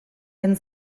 den